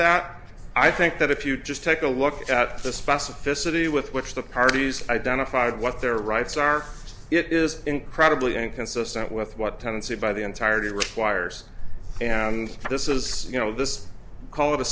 that i think that if you just take a look at the specificity with which the parties identified what their rights are it is incredibly inconsistent with what tenancy by the entirety requires and this is you know this call it a